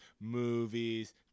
movies